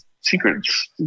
secrets